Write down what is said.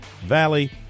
Valley